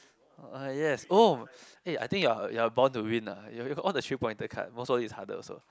yes oh eh I think you're you're born to win lah you have all the three pointers card most of it is harder also